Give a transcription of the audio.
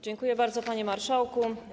Dziękuję bardzo, panie marszałku.